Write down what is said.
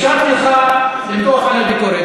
אפשרתי לך למתוח עלי ביקורת.